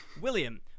William